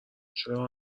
چرا